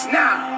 now